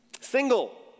Single